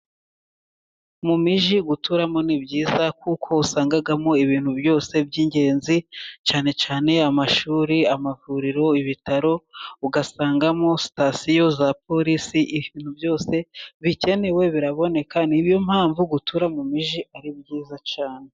Mu migi guturamo ni byiza kuko usangamo ibintu byose by'ingenzi cyane cyane amashuri, amavuriro, ibitaro ugasangamo sitasiyo za polisi. Ibintu byose bikenewe biraboneka niyo mpamvu gutura mu migi ari byiza.